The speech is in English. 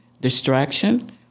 distraction